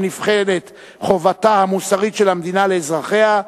נבחנת חובתה המוסרית של המדינה לאזרחיה,